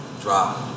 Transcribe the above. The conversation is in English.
drop